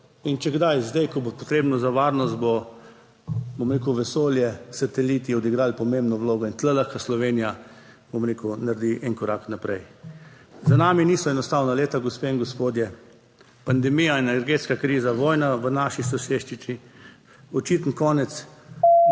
In če kdaj, zdaj, ko bo potrebno za varnost, bo, bom rekel, vesolje, sateliti odigralo pomembno vlogo in tu lahko Slovenija, bom rekel, naredi en korak naprej. Za nami niso enostavna leta, gospe in gospodje. Pandemija in energetska kriza, vojna v naši soseščini, očiten konec